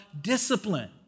discipline